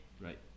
Right